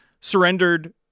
Surrendered